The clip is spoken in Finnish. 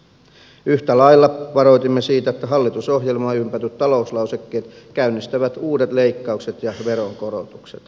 yhtä lailla varoitimme siitä että hallitusohjelmaan ympätyt talouslausekkeet käynnistävät uudet leikkaukset ja veronkorotukset